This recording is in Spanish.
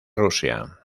rusia